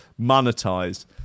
monetize